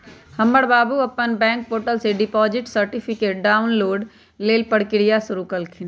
हमर बाबू अप्पन बैंक पोर्टल से डिपॉजिट सर्टिफिकेट डाउनलोड लेल प्रक्रिया शुरु कलखिन्ह